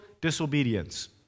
disobedience